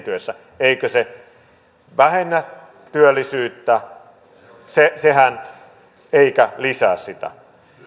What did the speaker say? eikö se vähennä työllisyyttä eikä lisää sitä